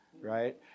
right